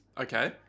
Okay